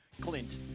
Clint